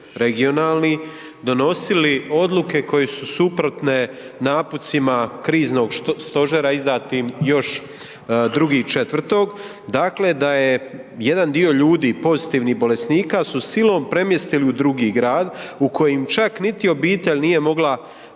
regionalni, donosili odluke koje su suprotne naputcima kriznog stožera izdatim još 2.4., dakle da je jedan dio ljudi, pozitivnih bolesnika su silom premjestili u drugi grad u koji im čak niti obitelj nije mogla